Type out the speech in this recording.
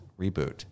reboot